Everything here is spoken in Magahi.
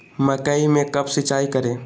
मकई को कब सिंचाई करे?